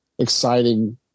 Exciting